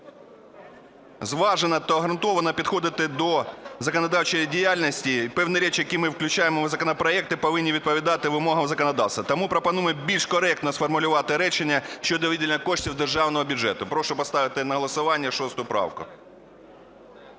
зважено та ґрунтовно підходити до законодавчої діяльності, і певні речі, які ми включаємо в законопроекти повинні відповідати вимогам законодавства. Тому пропоную більш коректно сформулювати речення щодо виділення коштів з державного бюджету. Прошу поставити на голосування 6 правку.